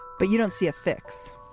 but you don't see a fix.